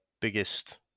biggest